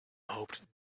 hoped